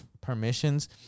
permissions